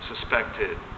suspected